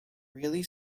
really